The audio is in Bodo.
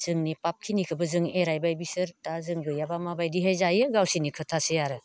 जोंनि पापखिनिखौबो जों एरायबाय बिसोर दा जों गैयाबा माबायदिहाय जायो गावसोरनि खोथासै आरो